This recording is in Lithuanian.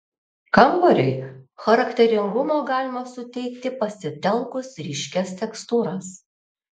kambariui charakteringumo galima suteikti pasitelkus ryškias tekstūras